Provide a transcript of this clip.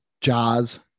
jaws